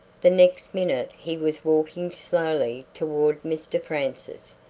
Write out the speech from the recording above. the next minute he was walking slowly towards mr francis,